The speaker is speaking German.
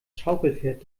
schaukelpferd